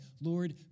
Lord